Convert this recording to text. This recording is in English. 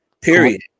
period